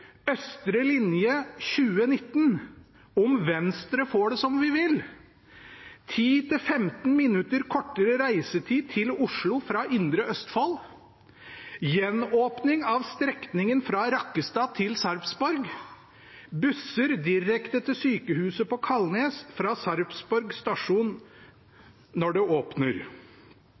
Østre linje 2019 om Venstre får det som vi vil. 10–15 minutter kortere reisetid til Oslo fra indre Østfold. Gjenåpning av strekningen fra Rakkestad til Sarpsborg. Busser direkte til sykehuset på Kalnes fra Sarpsborg stasjon når det åpner.